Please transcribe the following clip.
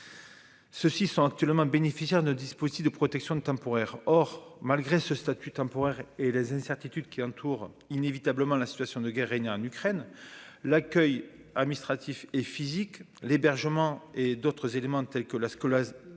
Ceux-ci sont actuellement bénéficiaires de dispositifs de protection temporaire or malgré ce statut temporaire et les incertitudes qui entourent inévitablement la situation de guerre est né en Ukraine, l'accueil administratif et physique, l'hébergement et d'autres éléments tels que la ce